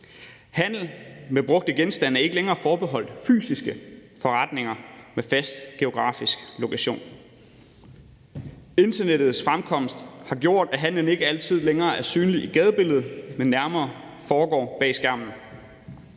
Handel med brugte genstande er ikke længere forbeholdt fysiske forretninger med fast geografisk lokation. Internettets fremkomst har gjort, at handelen ikke længere altid er synlig i gadebilledet, men nærmere foregår bag skærmen.